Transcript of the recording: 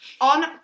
on